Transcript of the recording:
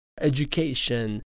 education